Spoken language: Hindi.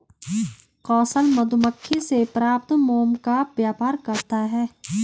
कौशल मधुमक्खी से प्राप्त मोम का व्यापार करता है